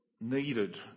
needed